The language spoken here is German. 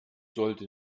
sollte